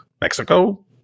mexico